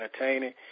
Entertaining